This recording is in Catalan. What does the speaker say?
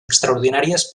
extraordinàries